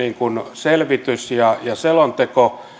selvitys ja ja selonteko